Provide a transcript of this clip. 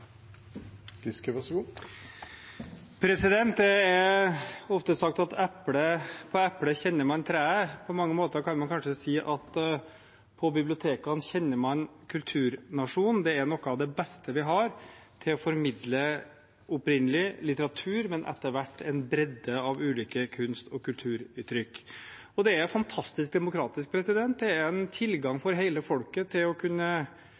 sagt at på eplet kjenner man treet. På mange måter kan man kanskje si at på bibliotekene kjenner man kulturnasjonen. Det er noe av det beste vi har til å formidle litteratur opprinnelig, men etter hvert også en bredde av ulike kunst- og kulturuttrykk. Det er fantastisk demokratisk. Det er en tilgang for hele folket til å kunne